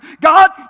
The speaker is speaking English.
God